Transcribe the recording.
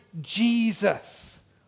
Jesus